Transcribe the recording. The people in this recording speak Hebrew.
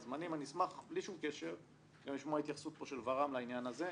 אשמח בלי שום קשר גם לשמוע התייחסות פה של ור"מ לעניין הזה.